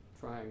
trying